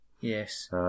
Yes